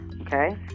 Okay